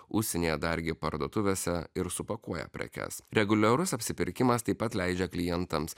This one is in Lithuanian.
užsienyje dargi parduotuvėse ir supakuoja prekes reguliarus apsipirkimas taip pat leidžia klientams